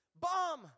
bomb